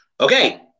okay